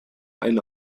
eine